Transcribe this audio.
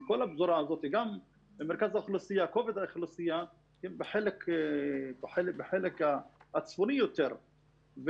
כובד האוכלוסייה בחלק הצפוני יותר,